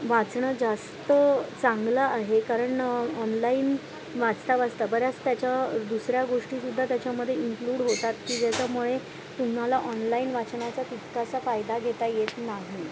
वाचणं जास्त चांगलं आहे कारण ऑनलाईन वाचता वाचता बऱ्याच त्याच्या दुसऱ्या गोष्टीसुद्धा त्याच्यामध्ये इन्क्लूड होतात की ज्याच्यामुळे तुम्हाला ऑनलाईन वाचण्याचा तितकासा फायदा घेता येत नाही